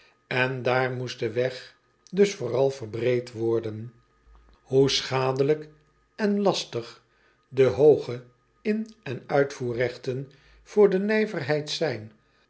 en daar moest de weg dus vooral verbeterd worden oe schadelijk en lastig de hooge in en uitvoerregten voor de nijverheid zijn